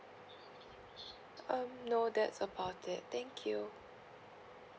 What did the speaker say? um no that's about it thank you